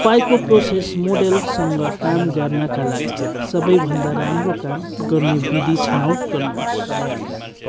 तपाईँँको प्रोसेस मोडेलसँग काम गर्नाका लागि सबैभन्दा राम्रो काम गर्ने विधि छनौट गर्नुहोस्